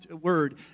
word